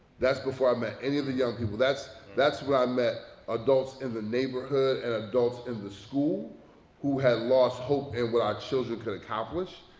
that's before i met any of the young people. that's that's where i met adults in the neighborhood and adults in the school who had lost hope in what our children could accomplish.